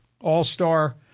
all-star